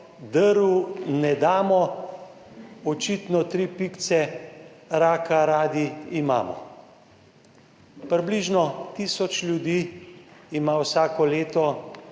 drv ne damo, očitno tri pikice, raka radi imamo. Približno tisoč ljudi ima vsako leto